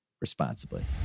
responsibly